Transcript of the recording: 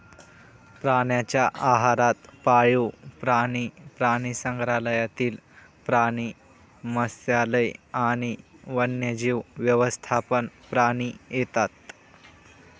प्राण्यांच्या आहारात पाळीव प्राणी, प्राणीसंग्रहालयातील प्राणी, मत्स्यालय आणि वन्यजीव व्यवस्थापन प्राणी येतात